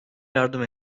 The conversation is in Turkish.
yardım